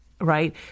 right